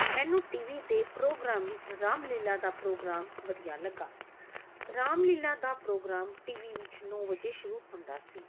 ਮੈਨੂੰ T V ਦੇ programme ਵਿੱਚ ਰਾਮਲੀਲਾ ਦਾ ਪ੍ਰੋਗਰਾਮ ਵਧੀਆ ਲੱਗਾ ਰਾਮਲੀਲਾ ਦਾ ਪ੍ਰੋਗਰਾਮ ਟੀ ਵੀ ਵਿੱਚ ਨੌ ਵਜੇ ਸ਼ੁਰੂ ਹੁੰਦਾ ਸੀ